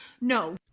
No